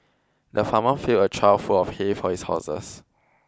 the farmer filled a trough full of hay for his horses